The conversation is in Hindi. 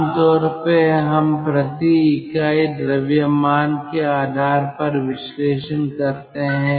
आम तौर पर हम प्रति इकाई द्रव्यमान के आधार पर विश्लेषण करते हैं